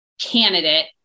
candidate